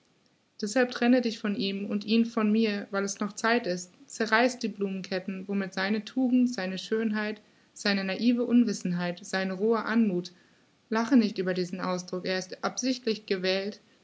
deßhalb trenne dich von ihm und ihn von mir weil es noch zeit ist zerreiße die blumenketten womit seine tugend seine schönheit seine naive unwissenheit seine rohe anmuth lache nicht über diesen ausdruck er ist absichtlich gewählt